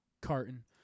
carton